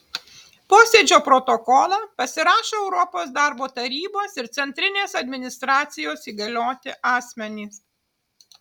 posėdžio protokolą pasirašo europos darbo tarybos ir centrinės administracijos įgalioti asmenys